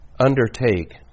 undertake